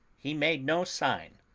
he made no sign.